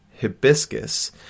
hibiscus